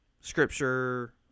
scripture